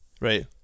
Right